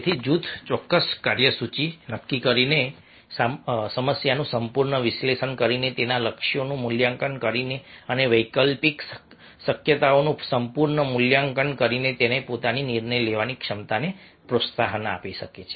તેથી જૂથ ચોક્કસ કાર્યસૂચિ નક્કી કરીને સમસ્યાનું સંપૂર્ણ વિશ્લેષણ કરીને તેના લક્ષ્યોનું મૂલ્યાંકન કરીને અને વૈકલ્પિક શક્યતાઓનું સંપૂર્ણ મૂલ્યાંકન કરીને તેની પોતાની નિર્ણય લેવાની ક્ષમતાને પ્રોત્સાહન આપી શકે છે